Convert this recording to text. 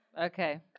okay